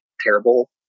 terrible